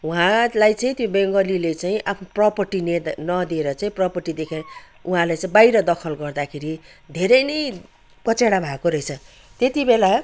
उहाँलाई चाहिँ त्यो बेङ्गालीले चाहिँ आफ्नो प्रपर्टी नदिएर चाहिँ प्रपर्टी देखाएर उहाँलाई बाहिर दखल गर्दा खेरि धेरै नै कचेडा भएको रहेछ त्यति बेला